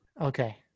Okay